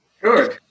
Sure